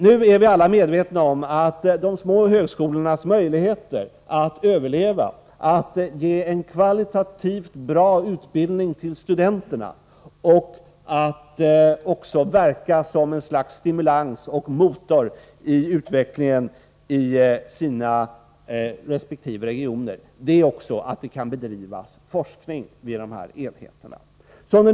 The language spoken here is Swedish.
Vi är nu alla medvetna om att de små högskolornas möjligheter att överleva, att ge en kvalitativt bra utbildning till studenterna och att verka som ett slags stimulans och motor för utvecklingen i sina resp. regioner är 17 beroende av att det kan bedrivas forskning vid dessa enheter.